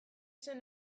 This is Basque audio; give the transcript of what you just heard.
zen